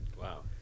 Wow